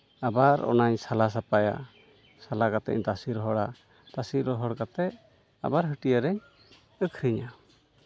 ᱟᱵᱟᱨ ᱚᱱᱟᱧ ᱥᱟᱞᱟ ᱥᱟᱯᱷᱟᱭᱟ ᱥᱟᱞᱟ ᱠᱟᱛᱮᱫ ᱤᱧ ᱛᱟᱥᱮ ᱨᱚᱦᱚᱲᱟ ᱛᱟᱥᱮ ᱨᱚᱦᱚᱲ ᱠᱟᱛᱮᱫ ᱟᱵᱟᱨ ᱦᱟᱹᱴᱭᱟᱹ ᱨᱤᱧ ᱟᱹᱠᱷᱨᱤᱧᱟ